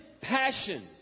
passion